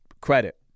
credit